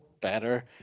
better